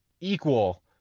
equal